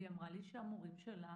היא אמרה לי שהמורים שלה